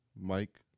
Mike